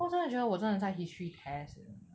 我真的觉得我真的在 history test eh